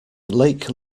lake